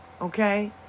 Okay